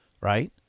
Right